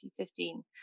2015